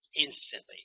instantly